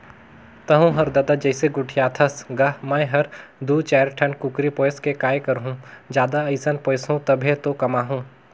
तहूँ हर ददा जइसे गोठियाथस गा मैं हर दू चायर ठन कुकरी पोयस के काय करहूँ जादा असन पोयसहूं तभे तो कमाहूं